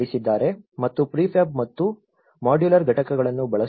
ಮತ್ತು ಪ್ರಿಫ್ಯಾಬ್ ಮತ್ತು ಮಾಡ್ಯುಲರ್ ಘಟಕಗಳನ್ನು ಬಳಸುವುದು